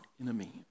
enemy